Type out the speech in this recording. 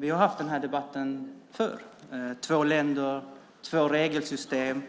Vi har haft denna debatt förr. Två länder, två regelsystem,